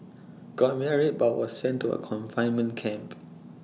got married but was sent to A confinement camp